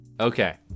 Okay